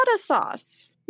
sauce